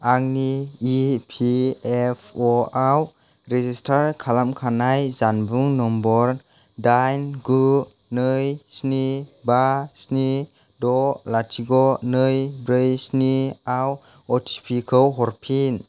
आंनि E P F अ' आव रेजिस्टार खालामखानाय जानबुं नम्बर दाइन गु नै स्नि बा स्नि द' लाथिख' नै ब्रै स्नि आव अटिपि खौ हरफिन